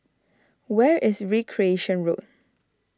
Where is Recreation Road